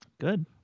Good